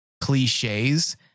cliches